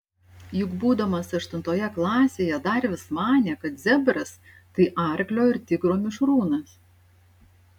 juk būdamas aštuntoje klasėje dar vis manė kad zebras tai arklio ir tigro mišrūnas